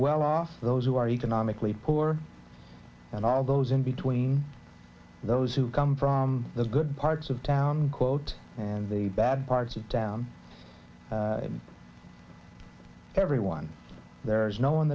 well off those who are economically poor and all those in between those who come from the good parts of town quote and the bad parts of town and everyone there is no one